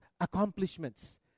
accomplishments